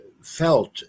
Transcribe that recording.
felt